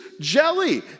jelly